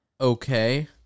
Okay